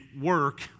work